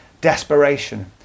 desperation